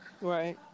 right